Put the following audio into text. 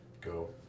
go